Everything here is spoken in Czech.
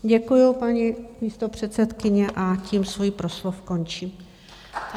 Děkuju, paní místopředsedkyně, a tím svůj proslov končím.